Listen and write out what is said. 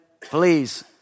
please